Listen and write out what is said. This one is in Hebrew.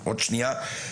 עוד שנייה.